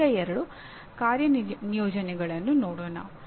ಈಗ ಎರಡು ಕಾರ್ಯಯೋಜನೆಗಳನ್ನು ನೋಡೋಣ